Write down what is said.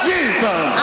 Jesus